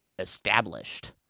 Established